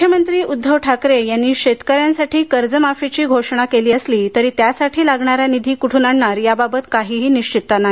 मुख्यमंत्री उद्धव ठाकरे यांनी शेतकऱ्यांसाठी कर्जमाफीची घोषणा केली असली तरी त्यासाठी लागणारा निधी कुठून आणणार याबाबत काहीही निश्चितता नाही